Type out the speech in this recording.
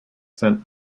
sent